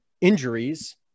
injuries